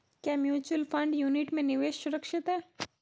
क्या mutual fund unit में निवेश सुरक्षित है?